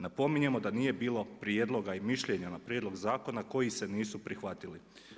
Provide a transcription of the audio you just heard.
Napominjemo da nije bilo prijedloga i mišljenja na prijedlog zakona koji se nisu prihvatili.